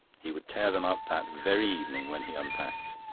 he would tear them up that very evening when he unpacked.